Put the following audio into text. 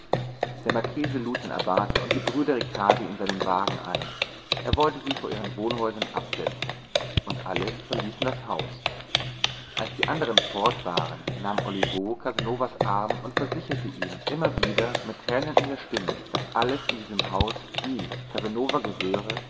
der marchese lud den abbate und die brüder ricardi in seinen wagen ein er wollte sie vor ihren wohnhäusern absetzen und alle verließen das haus als die andern fort waren nahm olivo casanovas arm und versicherte ihn immer wieder mit tränen in der stimme daß alles in diesem hause ihm casanova gehöre